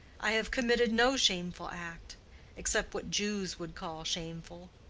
i have committed no shameful act except what jews would call shameful.